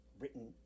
written